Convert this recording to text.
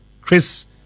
Chris